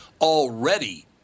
already